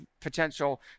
potential